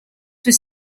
was